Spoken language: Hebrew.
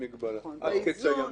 עד קץ הימים.